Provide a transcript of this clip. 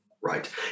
Right